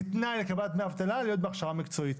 כתנאי לקבלת דמי אבטלה להיות בהכשרה מקצועית,